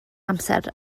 amser